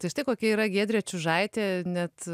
tai štai kokia yra giedrė čiužaitė net